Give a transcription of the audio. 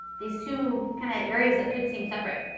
these two kind of areas that could seem separate.